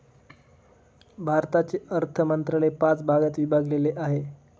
भारताचे अर्थ मंत्रालय पाच भागात विभागलेले आहे